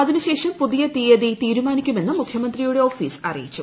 അതിനു ശേഷം പുതിയ തീയതി തീരുമാനിക്കുമെന്നും മുഖ്യമന്ത്രിയുടെ ഓഫീസ് അറിയിച്ചു